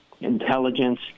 intelligence